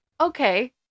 Okay